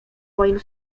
moim